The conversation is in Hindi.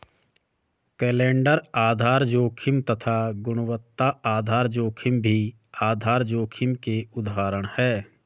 कैलेंडर आधार जोखिम तथा गुणवत्ता आधार जोखिम भी आधार जोखिम के उदाहरण है